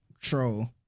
troll